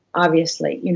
obviously, you know